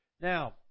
Now